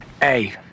Hey